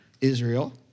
Israel